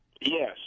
yes